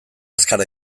azkar